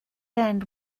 end